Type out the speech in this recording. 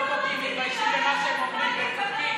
חבר הכנסת ואליד אלהואשלה, בבקשה.